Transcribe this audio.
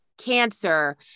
cancer